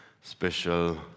special